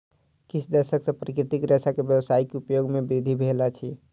किछ दशक सॅ प्राकृतिक रेशा के व्यावसायिक उपयोग मे वृद्धि भेल अछि